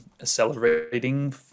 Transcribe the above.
accelerating